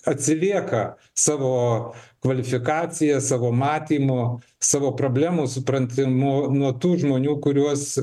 atsilieka savo kvalifikacija savo matymu savo problemų supratimu nuo tų žmonių kuriuos